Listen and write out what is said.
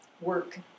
work